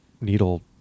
needle